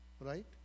right